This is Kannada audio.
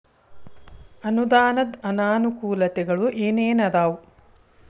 ಅನುದಾನದ್ ಅನಾನುಕೂಲತೆಗಳು ಏನ ಏನ್ ಅದಾವ?